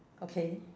okay